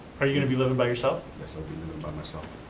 are you going to be living by yourself? yes, i'll be living by myself.